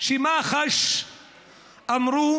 שמח"ש אמרו